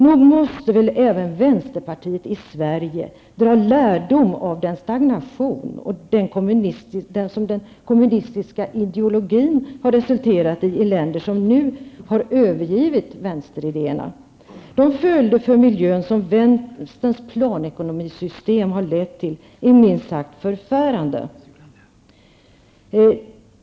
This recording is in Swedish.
Nog måste väl även vänsterpartiet i Sverige dra lärdom av den stagnation som den kommunistiska ideologin har resulterat i i länder som nu har övergivit vänsteridéerna. De följder för miljön som vänsterns planekonomisystem har lett till är minst sagt förfärande.